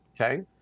Okay